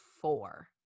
four